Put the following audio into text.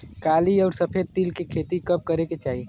काली अउर सफेद तिल के खेती कब करे के चाही?